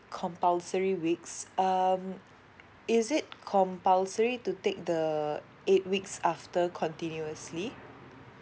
compulsory weeks um is it compulsory to take the eight weeks after continuously